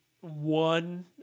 one